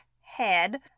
head